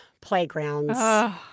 playgrounds